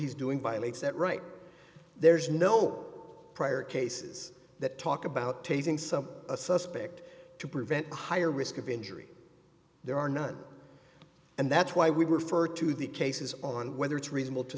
he's doing violates that right there's no prior cases that talk about taking some suspect to prevent the higher risk of injury there are none and that's why we were further to the cases on whether it's reasonable to